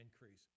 increase